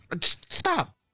Stop